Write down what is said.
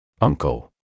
Uncle